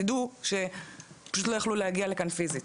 הם פשוט לא יכלו להגיע לכאן פיזית.